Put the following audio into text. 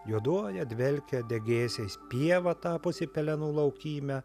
juoduoja dvelkia degėsiais pieva tapusi pelenų laukyme